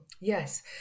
Yes